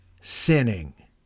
sinning